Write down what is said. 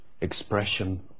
expression